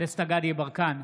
דסטה גדי יברקן,